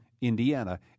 Indiana